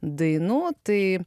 dainų tai